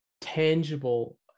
tangible